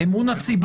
אמון הציבור.